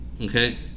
Okay